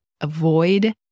avoid